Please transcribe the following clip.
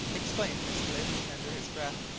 exclaimed mr. lindsey under his breath.